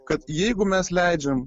kad jeigu mes leidžiam